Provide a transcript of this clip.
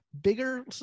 Bigger